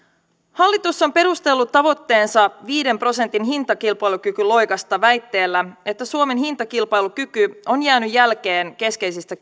hallitus on perustellut tavoitteensa viiden prosentin hintakilpailukykyloikasta väitteellä että suomen hintakilpailukyky on jäänyt jälkeen keskeisistä